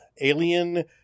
Alien